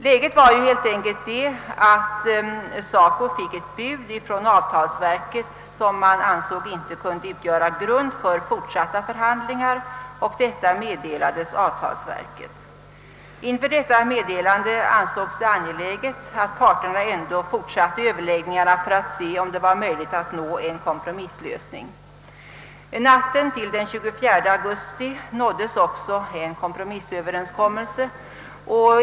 Läget var helt enkelt det, att SACO fick ett bud från avtalsverket som SACO ansåg inte kunde utgöra grund för fortsatta förhandlingar. Detta meddelades avtalsverket. Överläggningarna mellan parterna fortsatte emellertid för att undersöka om det var möjligt att i det kritiska läget nå en kompromisslösning. Natten till den 24 augusti nåddes också en kompromissöverenskommelse.